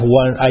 one